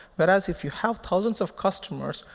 whereas if you have thousands of customers,